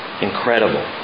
Incredible